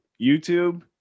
YouTube